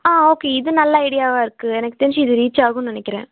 ஆ okay இது நல்ல ஐடியாவாக இருக்குது எனக்கு தெரிஞ்சு இது ரீச்சாகும் நினைக்கிறேன்